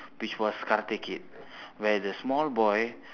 which was karthik kid where the small boy